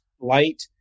light